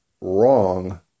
wrong